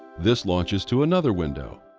this launches to another window.